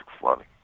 flooding